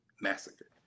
massacre